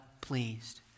pleased